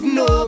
no